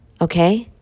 Okay